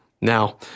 Now